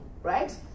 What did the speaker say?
right